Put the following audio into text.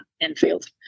Enfield